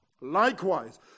Likewise